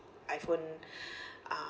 iphone uh